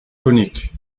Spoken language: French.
conique